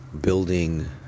building